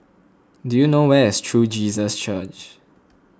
do you know where is True Jesus Church